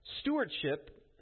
Stewardship